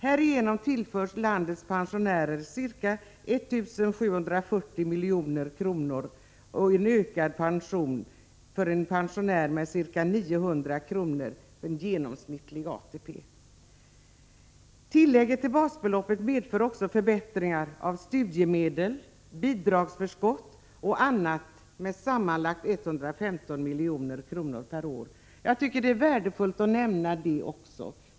Härigenom tillförs landets pensionärer ca 1740 milj.kr., vilket för en pensionär med genomsnittlig ATP innebär ca 900 kr. i ökad pension. Tillägget till basbeloppet medför också förbättringar av studiemedel, bidragsförskott och annat med sammanlagt 115 milj.kr. per år. Jag tycker det är värdefullt att nämna detta.